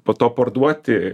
po to parduoti